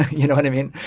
you know what i mean?